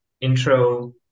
intro